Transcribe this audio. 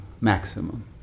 maximum